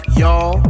y'all